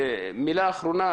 מילה אחרונה